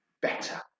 better